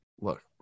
look